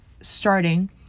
starting